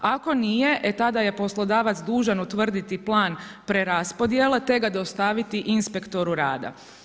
Ako nije, e tada je poslodavac dužan utvrditi plan preraspodjele te ga dostaviti inspektoru rada.